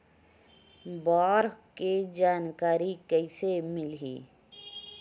बाढ़ के जानकारी कइसे मिलही?